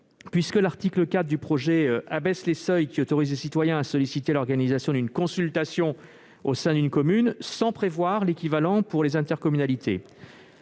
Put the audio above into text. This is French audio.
oubli : l'article 4 du projet de loi abaisse les seuils autorisant les citoyens à solliciter l'organisation d'une consultation au sein d'une commune sans prévoir un dispositif équivalent pour les intercommunalités.